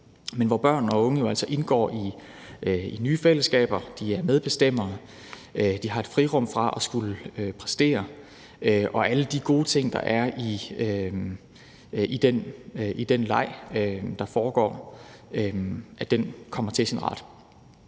hvor børn og unge indgår i nye fællesskaber, de er medbestemmere, de har et frirum fra at skulle præstere, og hvor alle de gode ting, der er i den leg, der foregår, kommer til sin ret